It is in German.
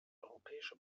europäische